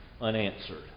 unanswered